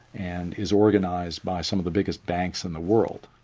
and is organised by some of the biggest banks in the world.